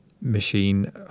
Machine